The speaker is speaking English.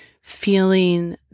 feeling